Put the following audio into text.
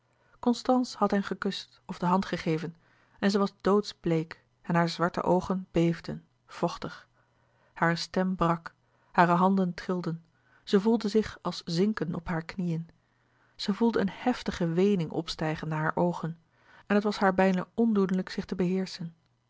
constance had hen gekust of de hand gegeven en zij was doodsbleek en hare zwarte oogen beefden vochtig hare stem brak hare handen trilden zij voelde zich als zinken op hare knieën zij voelde eene heftige weening opstijgen naar hare oogen en het was haar bijna ondoenlijk zich te beheerschen